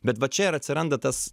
bet va čia ir atsiranda tas